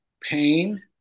pain